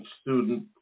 Student